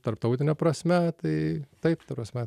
tarptautine prasme tai taip ta prasme